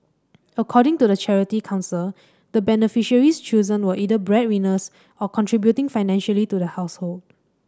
according to the Charity Council the beneficiaries chosen were either bread winners or contributing financially to the household